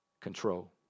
control